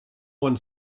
one